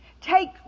take